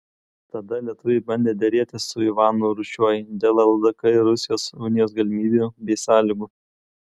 tada lietuviai bandė derėtis su ivanu rūsčiuoju dėl ldk ir rusijos unijos galimybių bei sąlygų